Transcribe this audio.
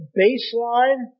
baseline